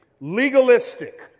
legalistic